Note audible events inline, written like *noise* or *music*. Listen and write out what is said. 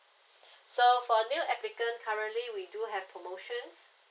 *breath* so for new applicant currently we do have promotions